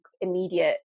immediate